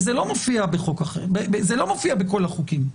כי זה לא מופיע בכל החוקים.